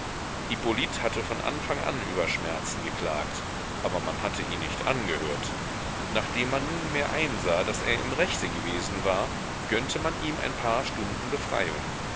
hatte von anfang an über schmerzen geklagt aber man hatte ihn nicht angehört nachdem man nunmehr einsah daß er im rechte gewesen war gönnte man ihm ein paar stunden befreiung